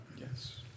Yes